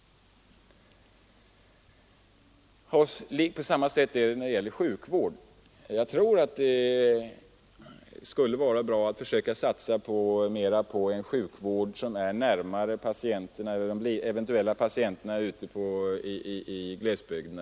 På samma sätt är det med sjukvården. Jag tror att det skulle vara bra om man försökte satsa mer på sjukvård närmare människorna ute i glesbygderna.